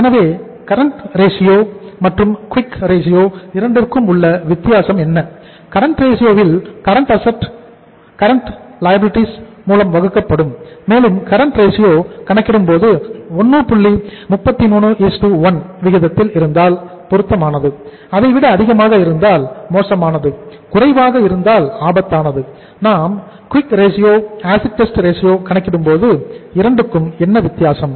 எனவே current ratio கணக்கிடும்போது இரண்டுக்கும் என்ன வித்தியாசம்